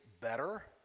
better